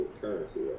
currency